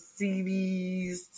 CDs